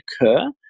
occur